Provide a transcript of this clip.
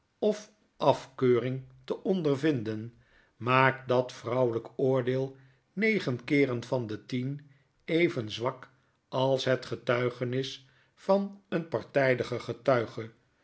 of af keuring te ondervinden maakt dat vrouwelyk oordeel negen keeren van de tien even zwak als het getuigenis van een partydigen getuige